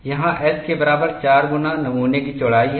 यहाँ S के बराबर 4 गुना नमूने की चौड़ाई है